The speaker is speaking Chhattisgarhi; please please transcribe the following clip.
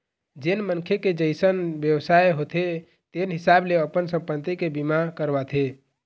जेन मनखे के जइसन बेवसाय होथे तेन हिसाब ले अपन संपत्ति के बीमा करवाथे